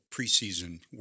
preseason